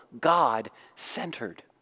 God-centered